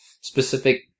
specific